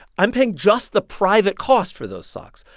i'm paying just the private cost for those socks.